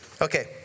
Okay